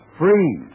free